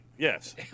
Yes